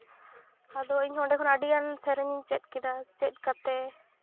ᱟᱫᱚ ᱤᱧᱦᱚᱸ ᱚᱸᱰᱮ ᱠᱷᱚᱱ ᱟᱹᱰᱤᱜᱟᱱ ᱥᱮᱨᱮᱧ ᱤᱧ ᱪᱮᱫ ᱠᱮᱫᱟ ᱪᱮᱫ ᱠᱟᱛᱮᱜ